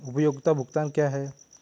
उपयोगिता भुगतान क्या हैं?